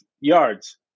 yards